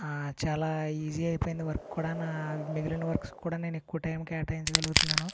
చాలా ఈజీ అయిపోయింది వర్క్ కూడా నా మిగిలిన వర్క్స్ కూడా నేను ఎక్కువ టైం కేటాయించగలుగుతున్నాను